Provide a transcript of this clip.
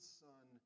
son